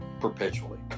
perpetually